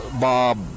Bob